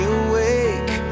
awake